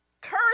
cursed